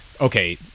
okay